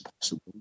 possible